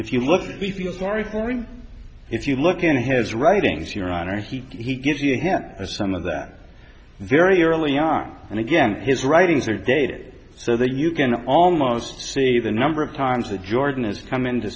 if you look we feel sorry for him if you look at his writings here on ars he he gives you a hint of some of that very early on and again his writings are dated so that you can almost see the number of times that jordan has come in to